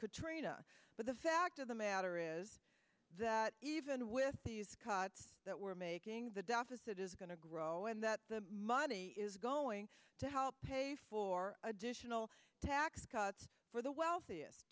katrina but the fact of the matter is that even with these cuts that we're making the deficit is going to grow that the money is going to help pay for additional tax cuts for the wealthiest